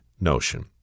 notion